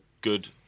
good